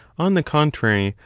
on the contrary,